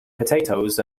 potatoes